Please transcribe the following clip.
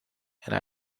and